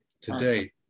Today